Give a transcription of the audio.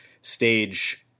stage